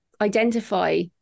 identify